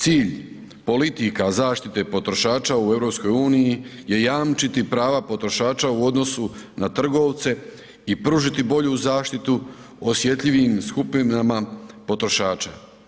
Cilj politika zaštite potrošača u EU je jamčiti prava potrošača u odnosu na trgovce i pružiti bolju zaštitu osjetljivim skupinama potrošača.